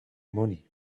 money